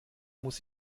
muss